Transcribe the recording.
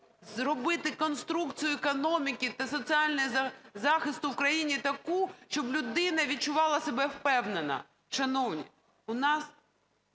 зробити конструкцію економіки та соціального захисту в країні таку, щоб людина відчувала себе впевнено. Шановні, у нас